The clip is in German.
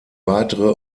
weitere